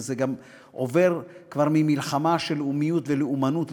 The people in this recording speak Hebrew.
זה כבר עובר ממלחמה של לאומיות ולאומנות,